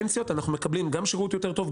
גם שירות יותר טוב,